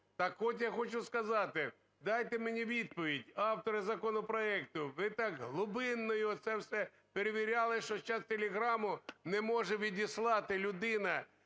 Так от, я хочу сказати, дайте мені відповідь, автори законопроекту, ви так глибинно все це перевіряли, что сейчас телеграму не може відіслати людина,